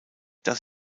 dass